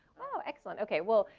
excellent. okay, well,